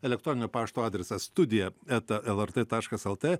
elektroninio pašto adresas studija eta lrt taškas lt